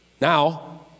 Now